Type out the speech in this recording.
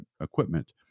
equipment